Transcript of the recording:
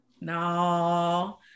No